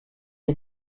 est